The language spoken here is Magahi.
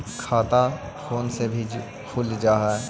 खाता फोन से भी खुल जाहै?